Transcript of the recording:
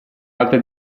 altre